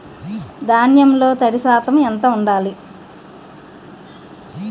ధాన్యంలో తడి శాతం ఎంత ఉండాలి?